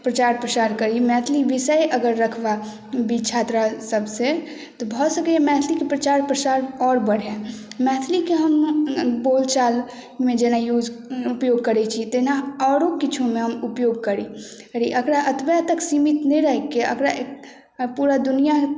प्रचार प्रसार करी मैथिली विषय अगर रखबाक छात्र सबसे तऽ भऽ सकैया मैथिली के प्रचार प्रसार आओर बढए मैथिली के हम बोलचाल मे जेना यूज उपयोग करै छी तहिना आओरो किछु मे हम उपयोग करी एकरा अतबे तक सीमित नहि राखि के अकरा पूरा दुनिआ